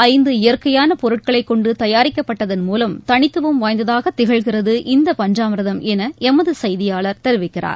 ஐந்து இயற்கையான பொருட்களை கொண்டு தயாரிக்கப்பட்டதன் மூலம் தனித்துவம் வாய்ந்ததாக திகழ்கிறது இந்த பஞ்சாமிர்தம் என எமது செய்தியாளர் தெரிவிக்கிறார்